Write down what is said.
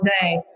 day